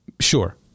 Sure